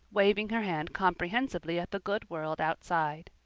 waving her hand comprehensively at the good world outside.